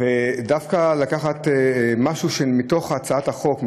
דווקא לקחת משהו מהצעת החוק,